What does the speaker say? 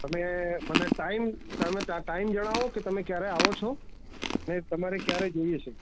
તમે મને ટાઈમ તમે ટાઈમ જણાવો કે તમે ક્યારે આવો છો ને તમારે ક્યારે જોઈએ છે